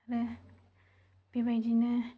आरो बेबायदिनो